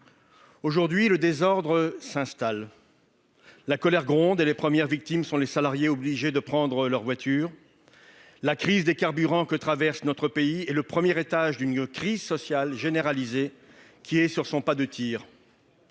Aujourd'hui, le désordre s'installe, la colère gronde et les premières victimes de cette situation sont les salariés obligés d'utiliser leur voiture. La crise des carburants que traverse notre pays constitue le premier étage d'une crise sociale généralisée installée sur son pas de tir.